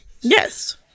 Yes